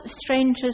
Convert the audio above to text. strangers